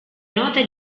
nota